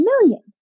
millions